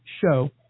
show